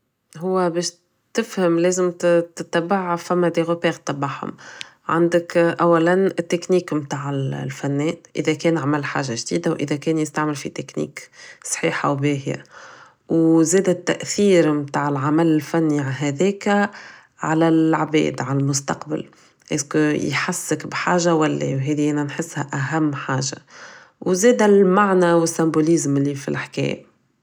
هو باش تفهم لازم تتبع فما des repère تبعهم عندك اولا technique متاع الفنان اذا كان عمل حاجة جديدة و اذا كان يستعمل في technique صحيحة او باهية و زادا التأثير متاع العمل الفني هذاكا على العباد على المستقبل est ce que يحسك بحاجة ولا لا و هادي نحسها انا اهم حاجة و زادا المعنى و sembolisme اللي فالحكاية